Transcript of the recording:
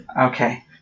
Okay